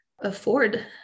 afford